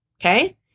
Okay